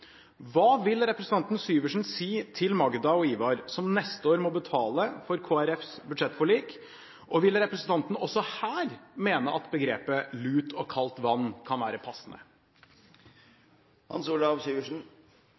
Hva vil representanten Syversen si til Magda og Ivar, som neste år må betale for Kristelig Folkepartis budsjettforlik, og vil representanten også her mene at begrepet «lut og kaldt vann» kan være passende?